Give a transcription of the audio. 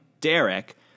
Derek